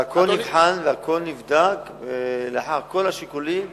והכול נבחן והכול נבדק, ולאחר כל השיקולים